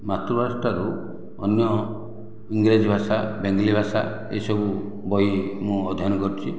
ମାତୃଭାଷାଠାରୁ ଅନ୍ୟ ଇଂରେଜ ଭାଷା ବେଙ୍ଗଲୀ ଭାଷା ଏସବୁ ବହି ମୁଁ ଅଧ୍ୟୟନ କରିଛି